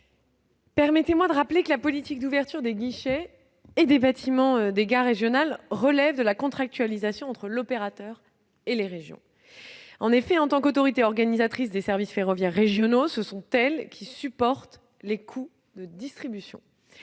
permettez-moi de rappeler que la politique d'ouverture des guichets et des bâtiments des gares régionales relève de la contractualisation entre l'opérateur et les régions. En effet, en tant qu'autorités organisatrices des services ferroviaires régionaux, ce sont les régions qui supportent les coûts de distribution.